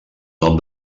nom